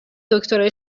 دکتر